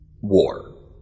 war